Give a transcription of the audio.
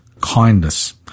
kindness